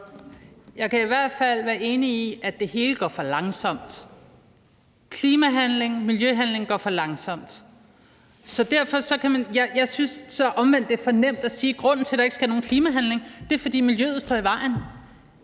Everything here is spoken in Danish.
Jeg kan i hvert fald være enig i, at det hele går for langsomt; klimahandling og miljøhandling går for langsomt. Jeg synes så omvendt, det er for nemt at sige, at grunden til, at der ikke skal nogen klimahandling til, er, at miljøet står i vejen.